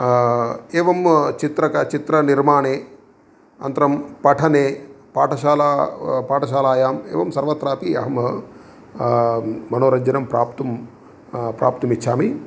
एवम् चित्रं चित्रनिर्माणे अनन्तरं पठने पाठशाला पाठशालायां एवं सर्वत्रापि अहं मनोरञ्जनं प्राप्तुं प्राप्तुम् इच्छामि